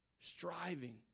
Striving